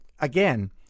again